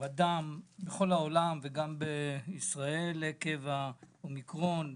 בדם בכל העולם וגם בישראל עקב האומיקרון.